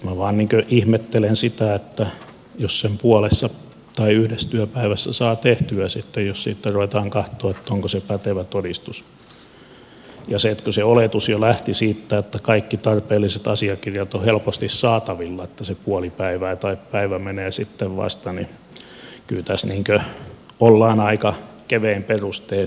minä vain ihmettelen sitä jos sen puolessa tai yhdessä työpäivässä saa tehtyä jos siitä ruvetaan katsomaan onko se pätevä todistus ja kun se oletus jo lähti siitä että kaikki tarpeelliset asiakirjat ovat helposti saatavilla että se puoli päivää tai päivä menee sitten vasta niin kyllä tässä ollaan aika kevein perustein liikkeellä